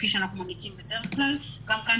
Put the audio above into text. כפי שאנחנו ממליצים בדרך כלל גם כאן